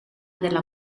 della